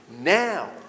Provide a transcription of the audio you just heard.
now